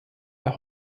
der